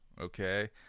okay